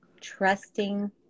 trusting